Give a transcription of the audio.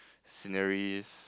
sceneries